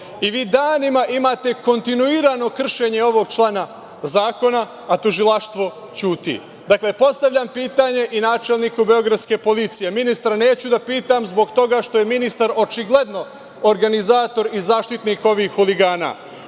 I vi danima imate kontinuirano kršenje ovog člana zakona, a tužilaštvo ćuti. Dakle, postavljam pitanje i načelniku beogradske policije, ministra neću da pitam, zbog toga što je ministar očigledno organizator i zaštitnik ovih huligana,